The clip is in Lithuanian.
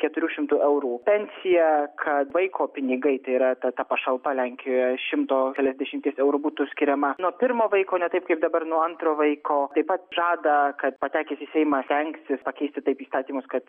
keturių šimtų eurų pensiją kad vaiko pinigai tai yra ta ta pašalpa lenkijoje šimto keliasdešimties eurų būtų skiriama nuo pirmo vaiko ne taip kaip dabar nuo antro vaiko taip pat žada kad patekęs į seimą stengsis pakeisti taip įstatymus kad